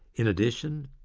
in addition,